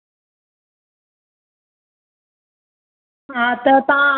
हा अचो हाजिर आयूं जेको खपेव वठी वञो ड्रेसूं अथव